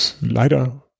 leider